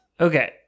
Okay